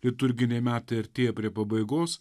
liturginiai metai artėja prie pabaigos